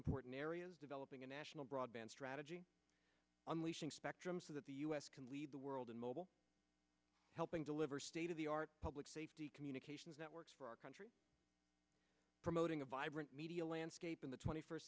important areas developing a national broadband strategy unleashing spectrum so that the u s can lead the world in mobile helping deliver state of the art public safety communications networks for our country promoting a vibrant media landscape in the twenty first